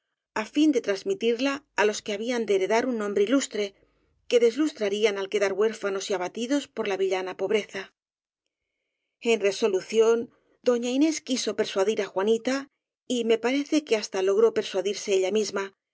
á fin de trasmitirla á los que habían de heredar un nombre ilustre que deslustrarían al quedar huérfanos y abatidos por la villana pobreza en resolución doña inés quiso persuadir jua nita y me parece que hasta logró persuadirse ella misma